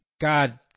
God